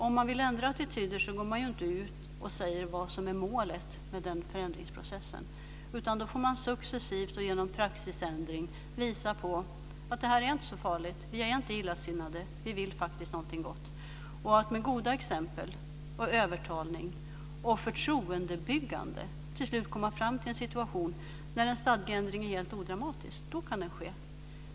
Om man vill göra det går man inte ut och säger vad som är målet för den förändringsprocessen, utan man får då successivt och genom praxisändring visa att det här inte är så farligt, att man inte är illasinnad utan faktiskt vill någonting gott. När man med goda exempel, övertalning och förtroendebyggande till slut kommer fram till en situation där en stadgeändring är helt odramatisk kan den ske.